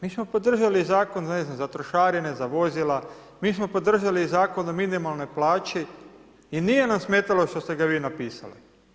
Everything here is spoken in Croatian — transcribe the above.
Mi smo podržali ne znam, Zakon za trošarine, za vozila, mi smo podržali i Zakon o minimalnoj plaći i nije nam smetalo što ste ga vi napisali.